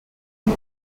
und